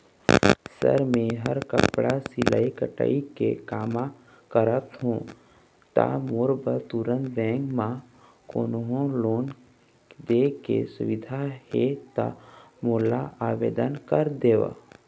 Sir Mehar कपड़ा सिलाई कटाई के कमा करत हों ता मोर बर तुंहर बैंक म कोन्हों लोन दे के सुविधा हे ता मोर ला आवेदन कर देतव?